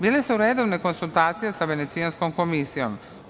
Bile su redovne konsultacije sa Venecijanskom komisijom.